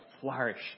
flourish